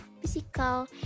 physical